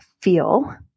feel